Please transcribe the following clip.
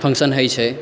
function होइ छै